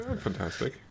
Fantastic